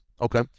Okay